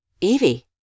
Evie